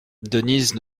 denise